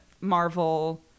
marvel